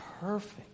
perfect